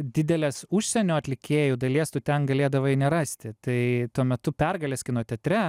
didelės užsienio atlikėjų dalies tu ten galėdavai nerasti tai tuo metu pergalės kino teatre